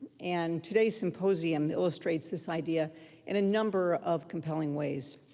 and today's symposium illustrates this idea in a number of compelling ways.